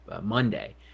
Monday